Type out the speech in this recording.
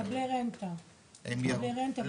מקבלי רנטה --- לא,